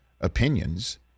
opinions